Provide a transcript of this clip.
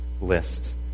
list